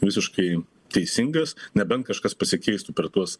visiškai teisingas nebent kažkas pasikeistų per tuos